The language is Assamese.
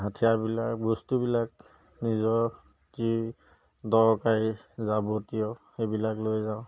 হাথিয়াৰবিলাক বস্তুবিলাক নিজৰ যি দৰকাৰী যাৱতীয় সেইবিলাক লৈ যাওঁ